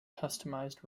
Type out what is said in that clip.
customised